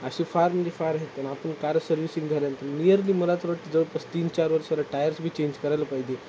अशी फार म्हणजे फार आहेत पण आपण कार सर्विसिंग झाल्यानंतर निअरली मला तर वाटत जवळपास तीन चार वर्षाला टायर्स बी चेंज करायला पाहिजे